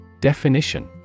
Definition